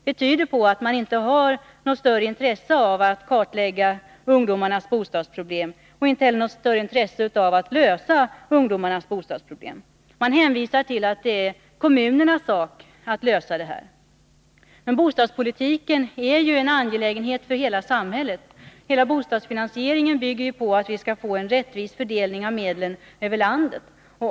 Det tyder på att de inte har något större intresse av att kartlägga ungdomarnas bostadsproblem eller av Nr 119 att lösa dem. De borgerliga ledamöterna hänvisar till att det är kommunernas Torsdagen den sak att lusa dessa problem, men bostadspolitiken är en angelägenhet för hela — 14 april 1983 samhället. Hela bostadsfinansieringen bygger ju på att vi skall få en rättvis fördelning av medlen över landet.